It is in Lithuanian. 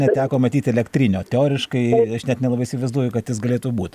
neteko matyt elektrinio teoriškai aš net nelabai įsivaizduoju kad jis galėtų būt